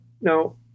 Now